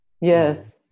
Yes